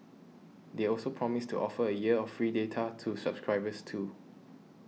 they also promised to offer a year of free data to subscribers too